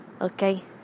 Okay